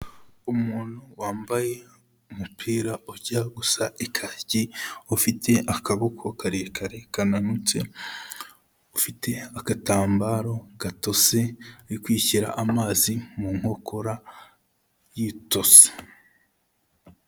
Umuntu wambaye umupira ujya usa ikaki, ufite akaboko karekare kananutse, ufite agatambaro gatose, uri kwishyira amazi mu nkokora yitosa.